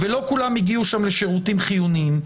ולא כולם הגיעו שם לשירותים חיוניים.